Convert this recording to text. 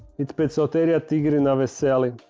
it's bit poecilotheria tigrinawesseli.